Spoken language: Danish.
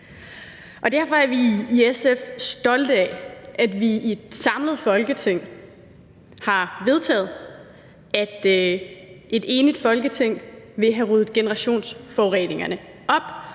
Derfor er vi i SF stolte af, at vi i et samlet Folketing har vedtaget, at et enigt Folketing vil have ryddet generationsforureningerne op,